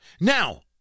Now